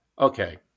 Okay